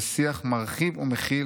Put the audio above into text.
לשיח מרחיב ומכיל,